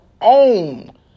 own